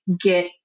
get